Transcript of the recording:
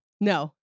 No